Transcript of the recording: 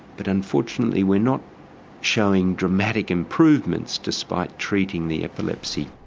but unfortunately we're not showing dramatic improvements despite treating the epilepsy.